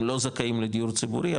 הם לא זכאים לדיור ציבורי,